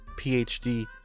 PhD